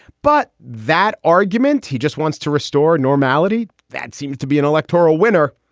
but that argument, he just wants to restore normality. that seems to be an electoral winner.